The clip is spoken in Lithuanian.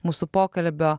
mūsų pokalbio